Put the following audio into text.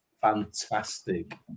fantastic